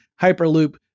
Hyperloop